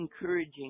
encouraging